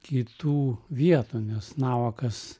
kitų vietų nes navakas